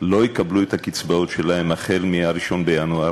לא יקבלו את הקצבאות שלהם החל מ-1 בינואר,